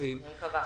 אני מקווה.